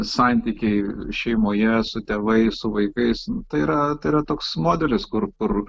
santykiai šeimoje su tėvais su vaikais tai yra tai yra toks modelis kur kur